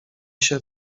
się